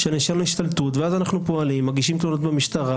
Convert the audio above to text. השתלטות אנחנו פועלים וגם מגישים תלונות במשטרה.